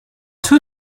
two